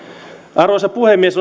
arvoisa puhemies